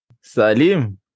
Salim